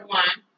one